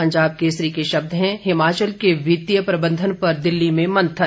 पंजाब केसरी के शब्द हैं हिमाचल के वित्तीय प्रबंधन पर दिल्ली में मंथन